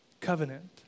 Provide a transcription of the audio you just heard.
covenant